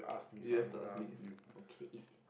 yes to ask me okay